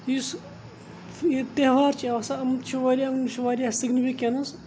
یُس ییٚتہِ تیٚہوار چھِ آسان أمۍ چھِ واریاہ یِمَن چھِ واریاہ سِگنِفِکیٚنٕس